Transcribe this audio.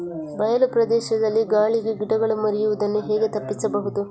ಬಯಲು ಪ್ರದೇಶದಲ್ಲಿ ಗಾಳಿಗೆ ಗಿಡಗಳು ಮುರಿಯುದನ್ನು ಹೇಗೆ ತಪ್ಪಿಸಬಹುದು?